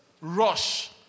rush